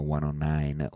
109